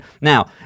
Now